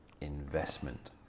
investment